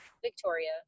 Victoria